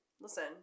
listen